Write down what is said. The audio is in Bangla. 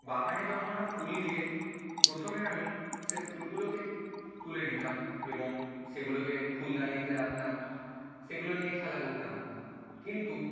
বাগানে জন্মানো ফুল দিয়ে প্রথমে আমি সে ফুলগুলোকে তুলে নিতাম এবং সেগুলোকে ফুলদানিতে রাখতাম সেগুলো নিয়ে খেলা করতাম কিন্তু